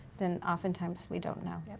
then oftentimes we don't know.